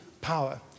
power